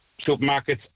supermarkets